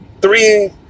three